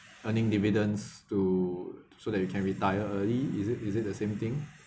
earning dividends to so that you can retire early is it is it the same thing